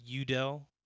Udell